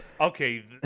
Okay